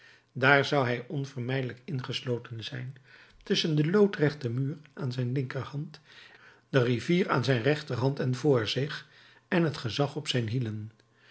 daar zou hij onvermijdelijk ingesloten zijn tusschen den loodrechten muur aan zijn linkerhand de rivier aan zijn rechterhand en vr zich en het gezag op zijn hielen